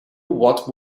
what